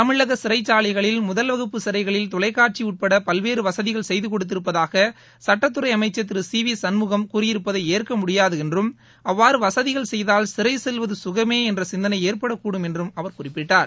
தமிழக சிறைச்சாலைகளில் முதல் வகுப்பு சிறைகளில் தொலைக்காட்சி உட்பட பல்வேறு வசதிகள் செய்து கொடுத்திருப்பதாக சுட்டத்துறை அமைச்சர் திரு சி வி சண்முகம் கூறியிருப்பதை ஏற்க முடியாது என்றும் அவ்வாறு வசதிகள் செய்தால் சிறை செல்வதும் சுகமே என்ற சிந்தனை ஏற்படக்கூடும் என்றும் அவர் குறிப்பிட்டார்